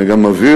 אני גם מבהיר: